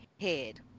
head